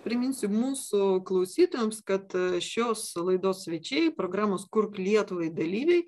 priminsiu mūsų klausytojams kad šios laidos svečiai programos kurk lietuvai dalyviai